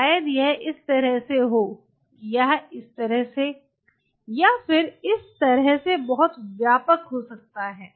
शायद यह इस तरह से हो या यह इस तरह या फिर इस तरह से बहुत व्यापक हो सकता है